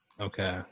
Okay